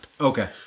Okay